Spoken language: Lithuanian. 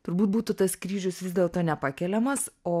turbūt būtų tas kryžius vis dėlto nepakeliamas o